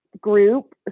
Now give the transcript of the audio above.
group